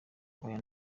oya